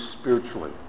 spiritually